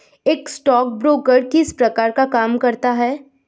एक स्टॉकब्रोकर किस प्रकार का काम करता है?